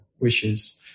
wishes